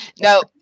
no